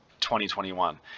2021